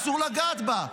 אסור לגעת בה.